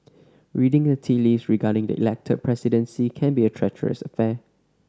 reading the tea leaves regarding the Elected Presidency can be a treacherous affair